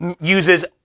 uses